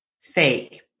Fake